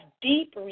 deep